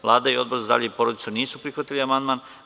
Vlada i Odbor za zdravlje i porodicu, nisu prihvatili amandman.